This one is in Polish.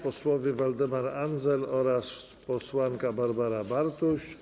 Poseł Waldemar Andzel oraz posłanka Barbara Bartuś.